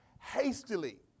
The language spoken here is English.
hastily